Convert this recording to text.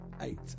eight